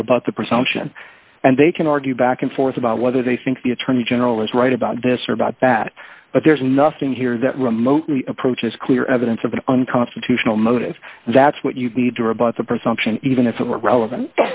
rebut the presumption and they can argue back and forth about whether they think the attorney general is right about this or about that but there's nothing here that remotely approaches clear evidence of an unconstitutional motive that's what you need to rebut the presumption even if it were relevant